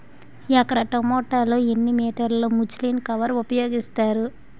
ఎకర టొమాటో లో ఎన్ని మీటర్ లో ముచ్లిన్ కవర్ ఉపయోగిస్తారు?